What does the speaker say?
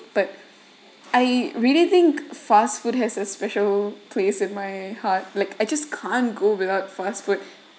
but I really think fast food has a special place in my heart like I just can't go without fast food